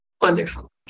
Wonderful